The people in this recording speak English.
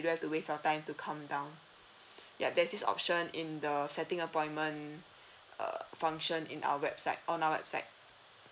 don't have to waste your time to come down ya there's this option in the setting appointment uh function in our website on our website